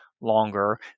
longer